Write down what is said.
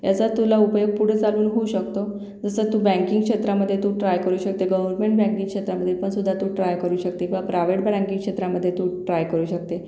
याचा तुला उपयोग पुढे चालून होऊ शकतो जसं तू बॅंकिंग क्षेत्रामध्ये तू ट्राय करू शकते गवरमेंट बॅंकिंग क्षेत्रामध्येपण सुद्धा तू ट्राय करू शकते किंवा प्रावेट ब्रँकिंग क्षेत्रामध्ये तू ट्राय करू शकते